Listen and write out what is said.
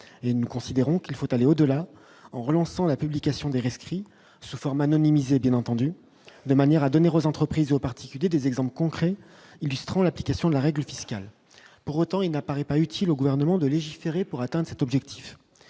nous considérons qu'il faut aller au-delà, en relançant la publication des rescrit sous forme anonymiser, bien entendu, de manière à donner rose entreprises aux particuliers, des exemples concrets illustrant l'application de la règle fiscale pour autant, il n'apparaît pas utile au gouvernement de légiférer pour atteinte cet objectif